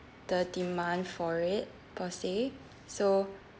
the demand for it per se so